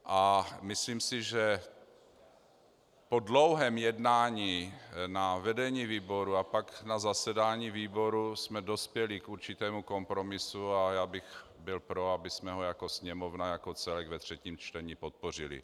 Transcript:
A myslím si, že po dlouhém jednání na vedení výboru a pak na zasedání výboru jsme dospěli k určitému kompromisu a bych byl pro, abychom ho Sněmovna, jako celek ve třetím čtení podpořili.